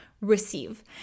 receive